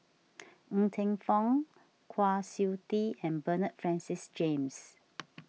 Ng Teng Fong Kwa Siew Tee and Bernard Francis James